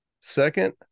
Second